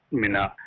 mina